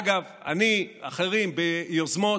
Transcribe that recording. אגב, אני ואחרים ביוזמות,